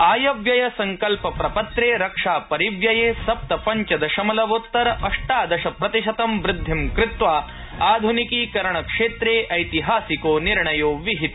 आय व्ययसङ्कल्पप्रपत्रे रक्षापरिव्यये सप्त पञ्च दशमलवोत्तर अष्टादश प्रतिशतं वृद्धि कृत्वा आधुनिकीकरण क्षेत्रे ऐतिहासिको निर्णयो विहित